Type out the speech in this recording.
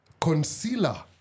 concealer